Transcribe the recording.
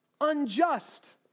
unjust